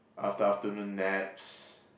after~ afternoon naps